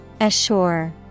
Assure